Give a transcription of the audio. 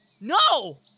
No